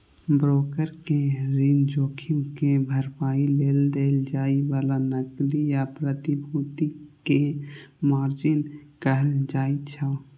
broker कें ऋण जोखिम के भरपाइ लेल देल जाए बला नकदी या प्रतिभूति कें मार्जिन कहल जाइ छै